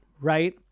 right